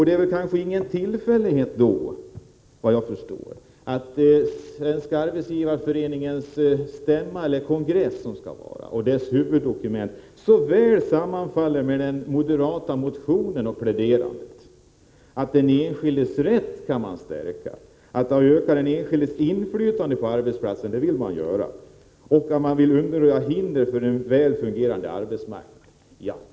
Det är väl ingen tillfällighet, vad jag förstår, att huvuddokumenten inför Svenska arbetsgivareföreningens kongress, som snart skall hållas, så väl sammanfaller med den moderata motionen och pläderingen i den: man vill stärka den enskildes rätt, man vill öka den enskildes inflytande på arbetsplatsen, man vill undanröja hinder för en väl fungerande arbetsmarknad.